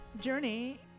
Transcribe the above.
journey